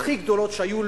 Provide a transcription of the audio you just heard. הכי גדולות שהיו,